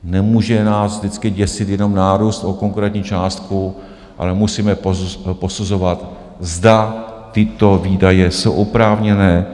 Nemůže nás vždycky děsit jenom nárůst o konkrétní částku, ale musíme posuzovat, zda tyto výdaje jsou oprávněné.